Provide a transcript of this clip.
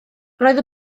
roedd